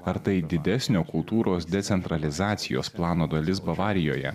ar tai didesnio kultūros decentralizacijos plano dalis bavarijoje